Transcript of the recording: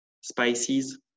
spices